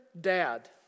dad